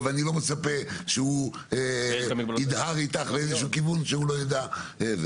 ואני לא מצפה שהוא ידהר איתך לכיוון שהוא לא ידוע.